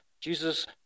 Jesus